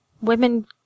women